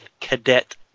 Cadet